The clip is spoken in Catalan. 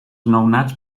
nounats